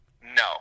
No